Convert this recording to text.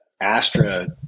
Astra